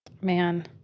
Man